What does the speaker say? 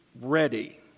ready